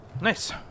Nice